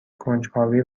کنجکاوی